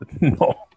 No